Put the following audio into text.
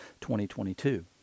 2022